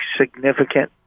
significant